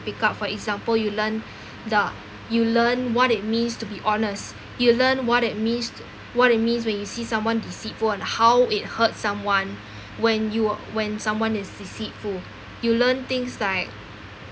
pick up for example you learn the you learn what it means to be honest you learn what it means what it means when you see someone deceitful on how it hurts someone when you were when someone is deceitful you learn things like